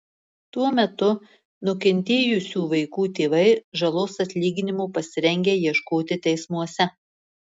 tuo metu nukentėjusių vaikų tėvai žalos atlyginimo pasirengę ieškoti teismuose